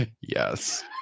Yes